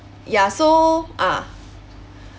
ya so ah